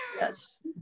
Yes